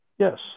Yes